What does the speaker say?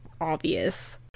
obvious